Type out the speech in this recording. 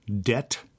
debt